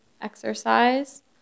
exercise